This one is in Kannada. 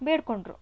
ಬೇಡಿಕೊಂಡ್ರು